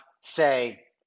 say